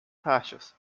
taxas